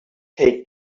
take